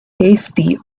hasty